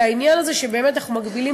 אלא העניין זה שבאמת אנחנו מגבילים